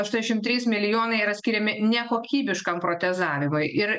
aštuonešim trys milijonai yra skiriami nekokybiškam protezavimui ir